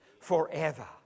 forever